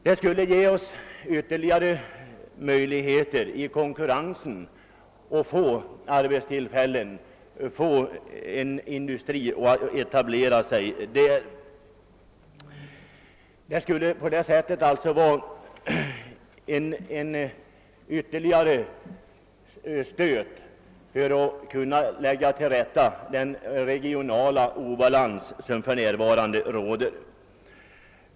Det skulle ge oss ytterligare möjligheter att få industrier att etablera sig där. Det vore alltså en ytterligare stöt för att komma till rätta med den regionala obalans som för närvarande råder.